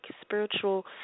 spiritual